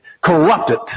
corrupted